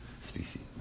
species